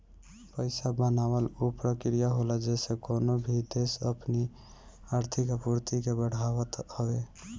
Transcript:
पईसा बनावल उ प्रक्रिया होला जेसे कवनो भी देस अपनी आर्थिक आपूर्ति के बढ़ावत हवे